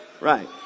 Right